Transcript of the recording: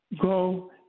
Go